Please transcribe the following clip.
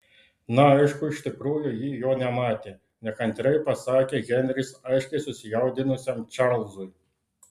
na aišku iš tikrųjų ji jo nematė nekantriai pasakė henris aiškiai susijaudinusiam čarlzui